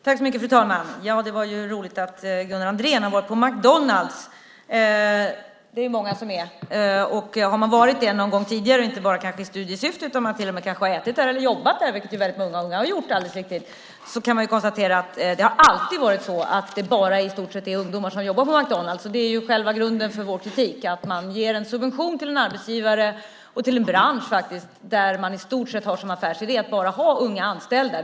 Fru talman! Det var roligt att Gunnar Andrén har varit på McDonalds. Det är det många som är. Har man varit det någon gång tidigare, kanske inte bara i studiesyfte utan man kanske till och med har ätit där eller jobbat där, vilket väldigt många unga har gjort - alldeles riktigt - kan man konstatera att det alltid har varit så att det i stort sett bara är ungdomar som jobbar på McDonalds. Det är själva grunden för vår kritik, att man ger en subvention till en arbetsgivare och till en bransch som i stort sett har som affärsidé att bara ha unga anställda.